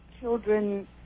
children